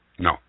No